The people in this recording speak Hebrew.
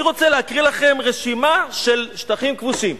אני רוצה להקריא לכם רשימה של שטחים כבושים: